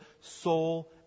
soul